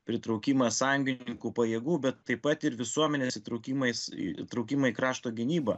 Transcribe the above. pritraukimas sąjungininkų pajėgų bet taip pat ir visuomenės įtraukimais įtraukimai į krašto gynybą